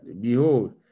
behold